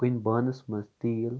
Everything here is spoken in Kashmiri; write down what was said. کُنہِ بانس منٛز تیٖل